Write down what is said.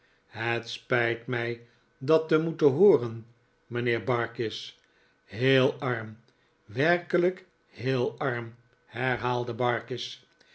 het spijt mij dat te moeten hooren mijnheer barkis heel arm werkelijk heel arm herhaalde barkis